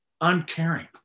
uncaring